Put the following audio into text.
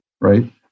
right